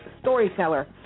storyteller